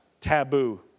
taboo